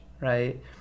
right